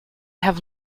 have